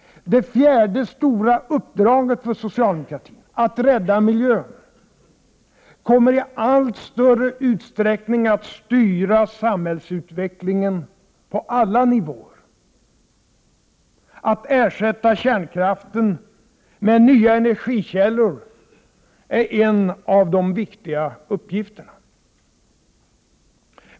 Det fjärde stora uppdraget för socialdemokratin — att rädda miljön — kommer i allt större utsträckning att styra samhällsutvecklingen på alla nivåer. Att ersätta kärnkraften med nya energikällor är en av de viktiga uppgifterna.